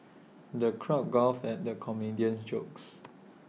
the crowd guffawed at the comedian's jokes